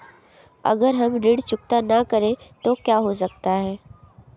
अगर हम ऋण चुकता न करें तो क्या हो सकता है?